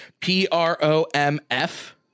p-r-o-m-f